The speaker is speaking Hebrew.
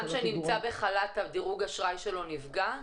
שנמצא בחל"ת דירוג האשראי שלו נפגע?